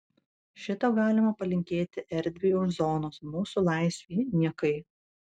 šito galima palinkėti erdvei už zonos mūsų laisvei niekai